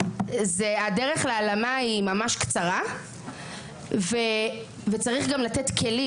זה הדרך להעלמה היא ממש קצרה וצריך גם לתת כלים,